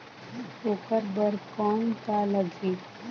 ओकर बर कौन का लगी?